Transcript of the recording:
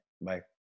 bye